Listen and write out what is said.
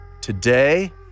today